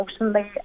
emotionally